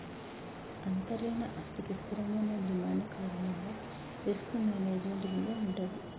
అంతర్లీన ఆస్తికి స్థిరమైన డిమాండ్ కారణంగా రిస్క్ మేనేజ్మెంట్ విలువ వుంటది